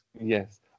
Yes